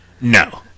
no